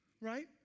right